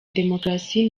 demokarasi